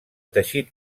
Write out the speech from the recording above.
teixit